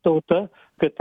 tauta kad